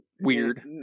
weird